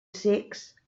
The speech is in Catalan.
cecs